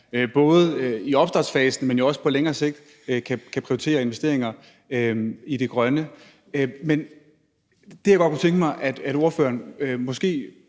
både i opstartsfasen, men også på længere sigt kan prioritere investeringer i det grønne. Men jeg kunne godt tænke mig, at ordføreren måske